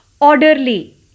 orderly